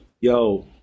yo